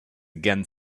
again